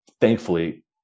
thankfully